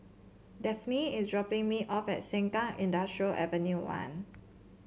Daphne is dropping me off at Sengkang Industrial Avenue One